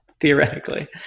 Theoretically